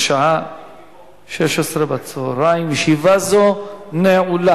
בשעה 16:00. ישיבה זו נעולה.